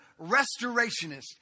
restorationist